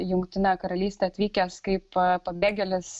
jungtinę karalystę atvykęs kaip pabėgėlis